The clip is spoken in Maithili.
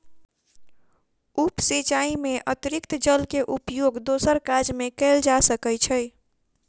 उप सिचाई में अतरिक्त जल के उपयोग दोसर काज में कयल जा सकै छै